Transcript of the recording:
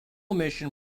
mission